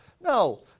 no